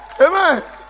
Amen